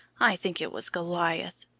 i think it was goliath.